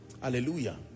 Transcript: hallelujah